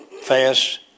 fast